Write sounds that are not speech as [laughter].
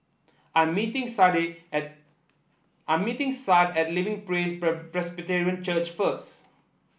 I'm meeting [unintelligible] at I'm meeting Sade at Living Praise [unintelligible] Presbyterian Church first